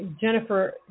Jennifer